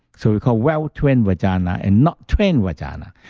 so, we call well-trained vagina and not trained vagina.